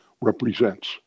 represents